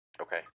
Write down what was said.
Okay